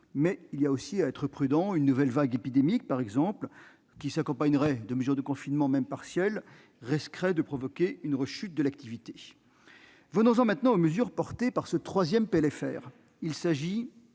Mais il faut aussi être prudent : une nouvelle vague épidémique, qui s'accompagnerait de mesures de confinement même partielles, risquerait de provoquer une rechute de l'activité. Venons-en maintenant aux mesures figurant dans ce troisième projet de loi